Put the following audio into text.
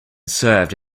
served